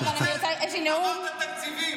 אמרתם "תקציבים".